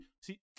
see